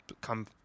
come